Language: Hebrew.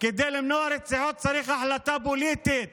כדי למנוע רציחות צריך החלטה פוליטית